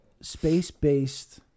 space-based